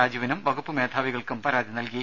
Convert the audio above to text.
രാജുവിനും വകുപ്പ് മേധാവികൾക്കും പരാതി നൽകി